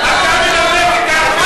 יכול להיות?